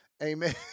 Amen